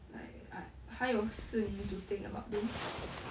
like I 还有四年 to think about this